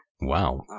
Wow